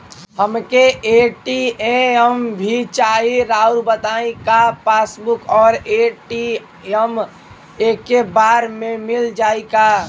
हमके ए.टी.एम भी चाही राउर बताई का पासबुक और ए.टी.एम एके बार में मील जाई का?